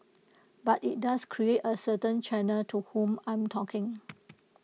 but IT does create A certain channel to whom I'm talking